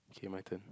okay my turn